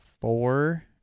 Four